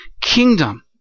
kingdom